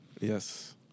Yes